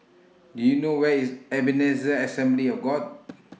Do YOU know Where IS Ebenezer Assembly of God